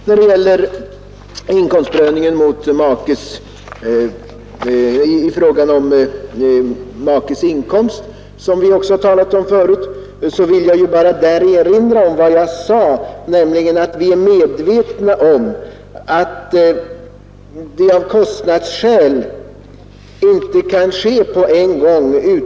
När det gäller inkomstprövningen mot makes inkomst, som vi också tidigare talat om, vill jag bara erinra om vad jag sade, nämligen att vi är medvetna om att en fullständig ändring av kostnadsskäl inte kan göras på en gång.